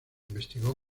investigó